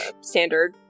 standard